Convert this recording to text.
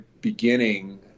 beginning